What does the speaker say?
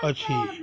अछि